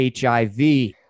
HIV